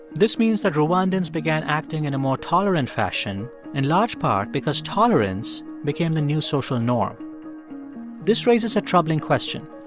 this means that rwandans began acting in a more tolerant fashion in large part because tolerance became the new social norm this raises a troubling question.